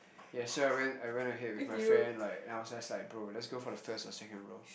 yeah so I went I went ahead with my friend like I was just like bro let's go for the first or second row